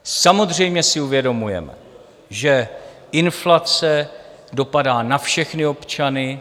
Samozřejmě si uvědomujeme, že inflace dopadá na všechny občany.